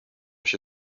się